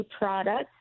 products